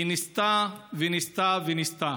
היא ניסתה וניסתה וניסתה.